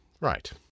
Right